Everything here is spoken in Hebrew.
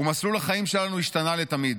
ומסלול החיים שלנו השתנה לתמיד.